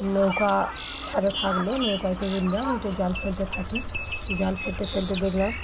নৌকা ছাদে থাকলো নৌকাতে উঠলাম ওইটা জাল ফেলতে থাকি জাল ফেলতে ফেলতে দেখলাম